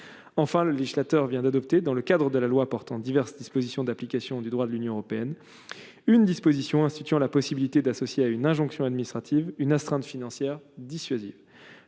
enfin le législateur vient d'adopter, dans le cadre de la loi portant diverses dispositions d'application du droit de l'Union européenne, une disposition instituant la possibilité d'associer à une injonction administrative une astreinte financière dissuasive,